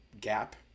gap